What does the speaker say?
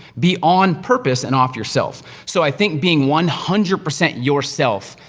be on purpose, and off yourself. so, i think being one hundred percent yourself,